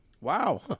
Wow